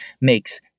makes